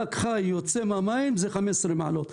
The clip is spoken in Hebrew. דג חי יוצא מהמים, אלה 15 מעלות.